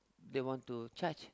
they want to charge